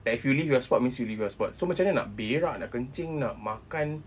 like if you leave your spot means you leave your spot so macam mana nak berak nak kencing nak makan